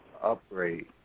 upgrade